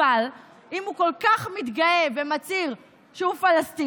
אבל אם הוא כל כך מתגאה ומצהיר שהוא פלסטיני,